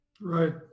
Right